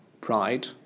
pride